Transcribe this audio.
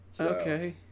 Okay